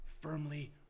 firmly